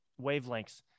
wavelengths